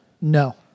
No